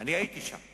ואני הייתי שם,